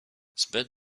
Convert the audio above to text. zbyt